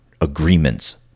agreements